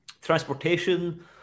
transportation